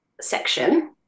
section